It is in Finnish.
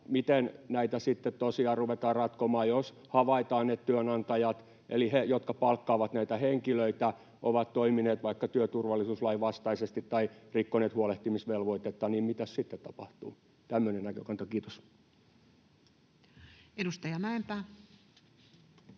miten näitä sitten tosiaan ruvetaan ratkomaan? Jos havaitaan, että työnantajat eli he, jotka palkkaavat näitä henkilöitä, ovat toimineet vaikka työturvallisuuslain vastaisesti tai rikkoneet huolehtimisvelvoitetta, niin mitäs sitten tapahtuu? — Tämmöinen näkökanta, kiitos. [Speech